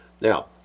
Now